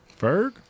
Ferg